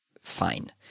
fine